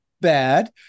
bad